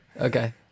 Okay